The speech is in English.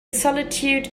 solitude